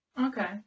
Okay